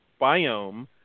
biome